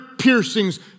Piercings